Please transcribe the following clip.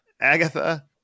Agatha